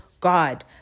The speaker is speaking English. God